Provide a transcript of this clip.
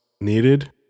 needed